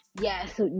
yes